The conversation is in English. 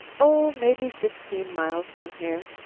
oh, mebby fifteen miles from here.